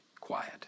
quiet